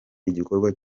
igikorwa